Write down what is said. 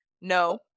no